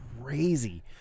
crazy